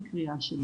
וזאת הקריאה שלי.